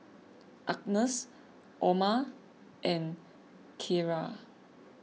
Agness Orma and Kierra